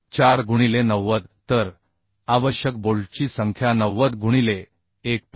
4 गुणिले 90 तर आवश्यक बोल्टची संख्या 90 गुणिले 1